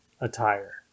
attire